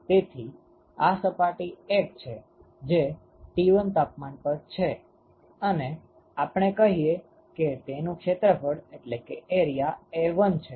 તેથી આ સપાટી 1 છે જે T1 તાપમાન પર છે અને આપણે કહીએ કે તેનું ક્ષેત્રફળ A1 છે